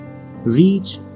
Reach